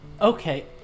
Okay